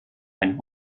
ein